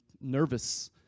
nervous